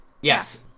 Yes